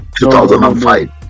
2005